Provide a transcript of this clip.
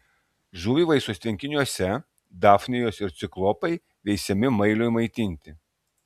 žuvivaisos tvenkiniuose dafnijos ir ciklopai veisiami mailiui maitinti